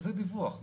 איזה דיווח?